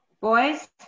Boys